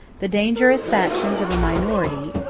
the dangerous factions of a minority,